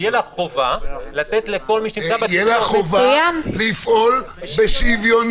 תהיה לה החובה לתת לכל מי ---- תהיה לה חובה לפעול בשוויוניות,